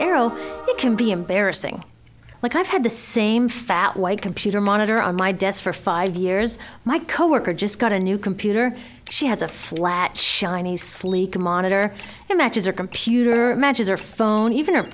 arrow it can be embarrassing like i've had the same fat white computer monitor on my desk for five years my coworker just got a new computer she has a flat shiny sleek a monitor and matches are computer matches or phone even a